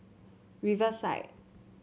Riverside